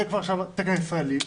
זה כבר התקן הישראלי,